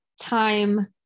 time